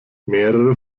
mehrere